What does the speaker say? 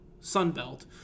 Sunbelt